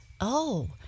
Oh